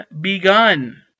begun